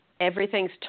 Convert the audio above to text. everything's